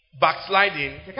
backsliding